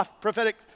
prophetic